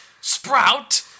Sprout